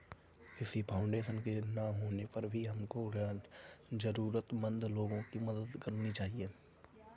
किसी फाउंडेशन के ना होने पर भी हमको जरूरतमंद लोगो की मदद करनी चाहिए